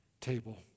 table